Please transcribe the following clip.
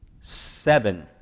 seven